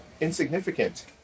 insignificant